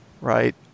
right